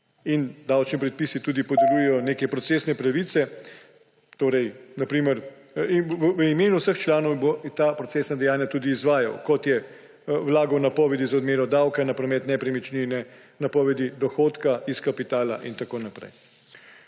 in davčni predpisi tudi podeljujejo neke procesne pravice, v imenu vseh članov ta procesna dejanja tudi izvajal: vlagal napovedi za odmero davka na promet nepremičnine, napovedi dohodka iz kapitala in tako naprej.